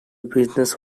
business